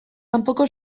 kanpoko